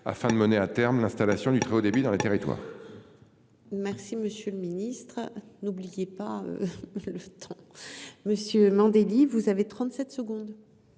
afin de mener à terme l'installation du très haut débit dans les Territoires. Merci, monsieur le Ministre, n'oubliez pas. Le. Monsieur Mandelli, vous avez 37 secondes.